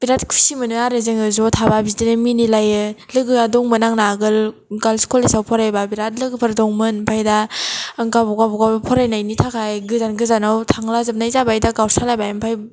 बिराद खुसि मोनो आरो जोङो ज' थाबा बिदिनो मिनि लायो लोगोआ दंमोन आंना आगोल गार्लस कलेजाव फरायबा बिराद लोगोफोर दंमोन ओमफ्राय दा गाव बागाव फरायनायनि थाखाय गोजान गोजानाव थांला जोबनाय जाबाय दा गावस्रालायबाय ओमफ्राय